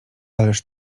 ależ